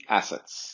assets